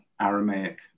Aramaic